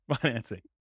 financing